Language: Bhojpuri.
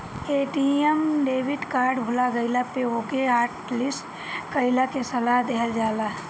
ए.टी.एम डेबिट कार्ड भूला गईला पे ओके हॉटलिस्ट कईला के सलाह देहल जाला